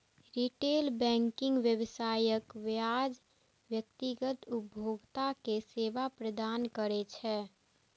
retail banking व्यवसायक बजाय व्यक्तिगत उपभोक्ता कें सेवा प्रदान करै छै